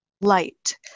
light